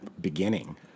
beginning